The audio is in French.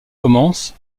commence